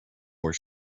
were